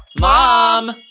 Mom